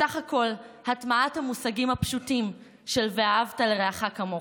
בסך הכול הטמעת המושגים הפשוטים של "ואהבת לרעך כמוך".